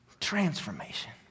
transformation